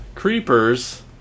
Creepers